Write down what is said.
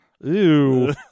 Ew